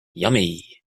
yummy